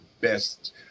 best